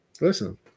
listen